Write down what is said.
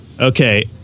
Okay